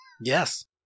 Yes